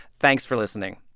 thanks for listening